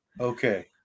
Okay